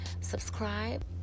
subscribe